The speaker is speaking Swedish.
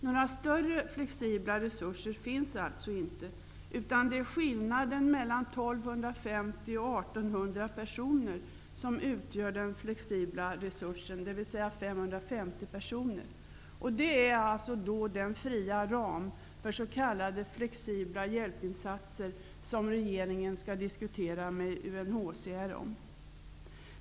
Några större flexibla resurser finns alltså inte, utan det är skillnaden mellan 1 250 Det är alltså den fria ramen för s.k. flexibla hjälpinsatser som regeringen skall diskutera med UNHCR?